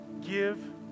give